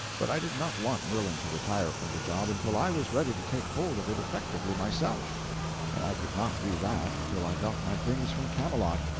but i did not want merlin to retire from the job until i was ready to take hold of it effectively myself and i could not do that until i got my things from camelot,